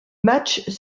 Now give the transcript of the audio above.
matchs